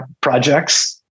projects